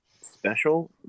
special